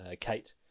Kate